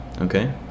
Okay